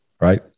right